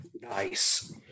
Nice